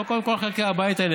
קודם כול,